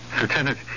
Lieutenant